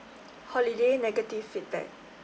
holiday negative feedback